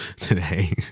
today